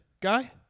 guy